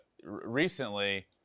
Recently